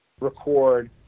record